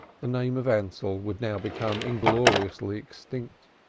the name of ansell would now become ingloriously extinct.